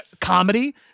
comedy